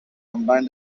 combine